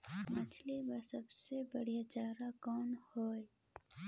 मछरी बर सबले बढ़िया चारा कौन हवय?